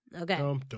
okay